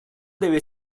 deve